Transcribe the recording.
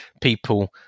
people